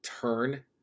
turn